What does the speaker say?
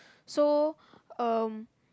so um